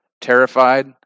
terrified